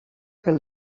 pel